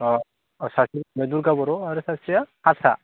अ सासे ओमफ्राय दुर्गा बर' आरो सासेया हारसा